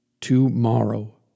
Tomorrow